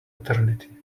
eternity